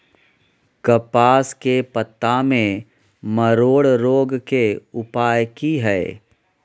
कपास के पत्ता में मरोड़ रोग के उपाय की हय?